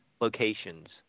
locations